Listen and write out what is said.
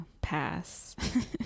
Pass